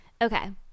Okay